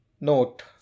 note